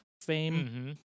fame